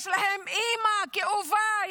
יש להם אימא כאובה,